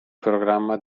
programma